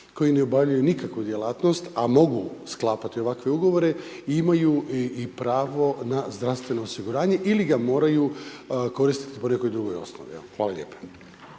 koji ne obavljaju nikakvu djelatnost a mogu sklapati ovakve ugovore imaju i pravo na zdravstveno osiguranje ili ga moraju koristiti po nekoj drugoj osnovi. Evo, hvala lijepa.